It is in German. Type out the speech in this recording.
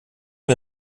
wir